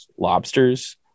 Lobsters